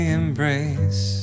embrace